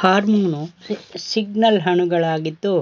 hormone signal ಅಣುಗಳಾಗಿದ್ದು